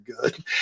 good